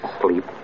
sleep